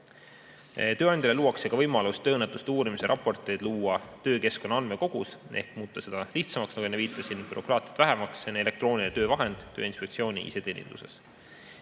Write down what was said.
Tööandjale luuakse ka võimalus tööõnnetuste uurimise raporteid luua töökeskkonna andmekogus ehk see muudetakse lihtsamaks, nagu enne viitasin, bürokraatiat vähendatakse. See on elektrooniline töövahend Tööinspektsiooni iseteeninduses.